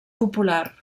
popular